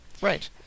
Right